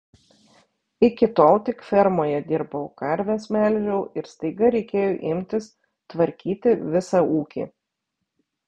iki tol tik fermoje dirbau karves melžiau ir staiga reikėjo imtis tvarkyti visą ūkį